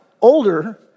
older